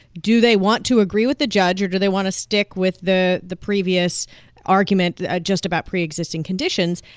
do they want to agree with the judge, or do they want to stick with the the previous argument ah just about pre-existing conditions?